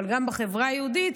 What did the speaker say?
אבל גם בחברה היהודית,